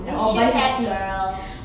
you should have girl